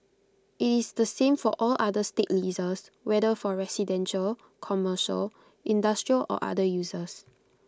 IT is the same for all other state leases whether for residential commercial industrial or other uses